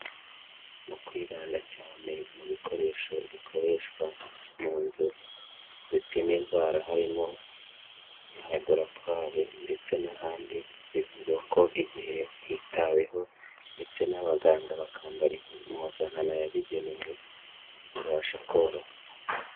Mu kwibanda cyane ku bikoresho bikoreshwa mu nzu zipima indwara, harimo nka laburatwari ndetse n'ahandi, bivugwa ko igihe byitaweho ndetse n'abaganga bakambara impuzankano yabigenewe, bibasha koroha.